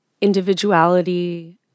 individuality